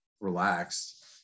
relaxed